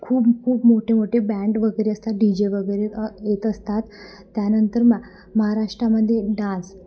खूप खूप मोठे मोठे बँड वगैरे असतात डी जे वगैरे येत असतात त्यानंतर मग महाराष्ट्रामध्ये डान्स